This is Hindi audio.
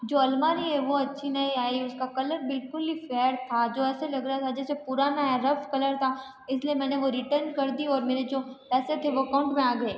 जो अलमारी है वो अच्छी नहीं आई उसका कलर बिल्कुल ही फेड था जो ऐसा लग रहा था जो बिल्कुल पुराना है रफ कलर था इसलिए वह मैंने रिटर्न कर दी और मेरे जो पैसे थे वह अकाउंट में आ गए